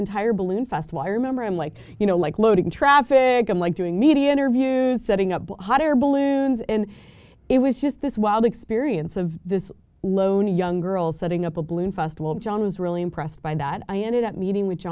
entire balloon festival i remember i'm like you know like loading traffic i'm like doing media interviews setting up hot air balloons and it was just this wild experience of this lone young girl setting up a balloon festival and john was really impressed by that i ended up meeting w